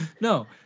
No